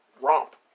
romp